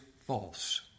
false